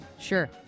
Sure